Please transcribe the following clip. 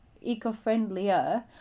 eco-friendlier